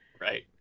Right